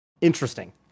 interesting